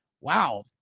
Wow